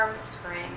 spring